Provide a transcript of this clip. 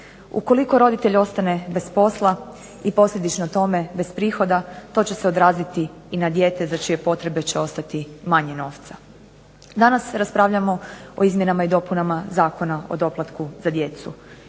Ukoliko roditelj ostane bez posla i posljedično tome bez prihoda to će se odraziti i na dijete za čije potrebe će ostati manje novca. Danas raspravljamo o izmjenama i dopunama Zakona o doplatku za djecu